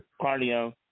Cardio